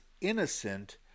innocent